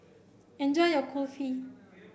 enjoy your Kulfi